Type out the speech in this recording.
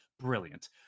brilliant